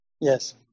Yes